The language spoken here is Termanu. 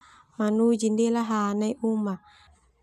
Manu jendela ha nai um.